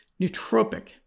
nootropic